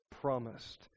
promised